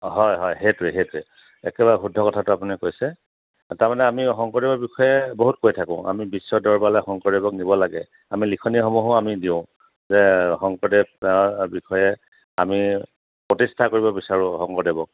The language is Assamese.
হয় হয় সেইটোৱে সেইটোৱে একেবাৰে শুদ্ধ কথাটো আপুনি কৈছে তাৰমানে আমি শংকৰদেৱৰ বিষয়ে বহুত কৈ থাকোঁ আমি বিশ্ব দৰবাৰলৈ শংকৰদেৱক নিব লাগে আমি লিখনিসমূহো আমি দিওঁ যে শংকৰদেৱ বিষয়ে আমি প্ৰতিষ্ঠা কৰিব বিচাৰোঁ শংকৰদেৱক